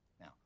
Now